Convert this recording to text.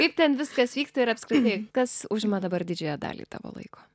kaip ten viskas vyksta ir apskritai kas užima dabar didžiąją dalį tavo laiko